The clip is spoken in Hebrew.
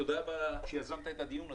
תודה רבה שיזמת את הדיון הזה,